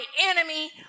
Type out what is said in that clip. enemy